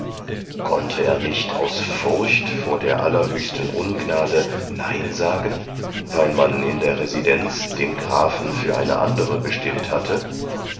konnte er nicht aus furcht vor der allerhöchsten ungnade nein sagen weil man in der residenz den grafen für eine andere bestimmt hatte